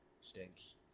stinks